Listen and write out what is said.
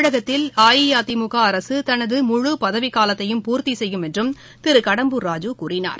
தமிழகத்தில் அஇஅதிமுகஅரசுதனது முழு பதவிக்காலத்தையும் பூர்த்திசெய்யும் என்றுதிருகடம்பூர் ராஜூ தெரிவித்தார்